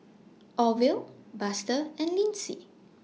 Orvel Buster and Lynsey